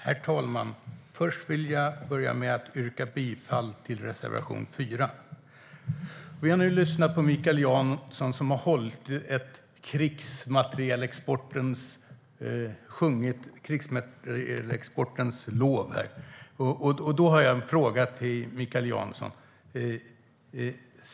Herr talman! Jag vill börja med att yrka bifall till reservation 4. Vi har nu lyssnat till Mikael Jansson, som sjöng krigsmaterielexportens lov. Jag har en fråga till Mikael Jansson.